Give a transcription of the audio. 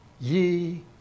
ye